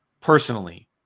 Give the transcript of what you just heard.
Personally